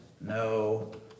no